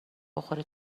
بخوره